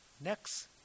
next